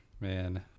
Man